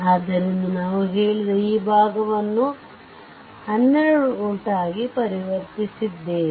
ಆದ್ದರಿಂದ ನಾವು ಹೇಳಿದ ಈ ಭಾಗವನ್ನು ನಾವು 12 ವೋಲ್ಟ್ ಆಗಿ ಪರಿವರ್ತಿಸಿದ್ದೇವೆ